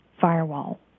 firewall